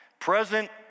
present